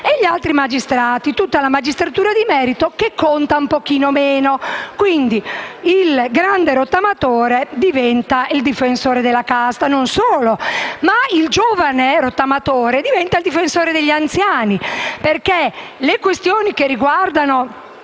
e gli altri magistrati, tutta la magistratura di merito, che conta un pochino meno. Quindi il grande rottamatore diventa il difensore della casta; non solo, il giovane rottamatore diventa il difensore degli anziani. Infatti, le questioni inerenti